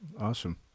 awesome